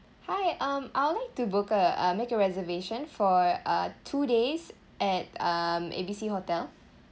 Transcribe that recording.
hi um I would like to book a uh make a reservation for uh two days at um A B C hotel